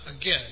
again